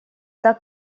так